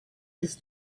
his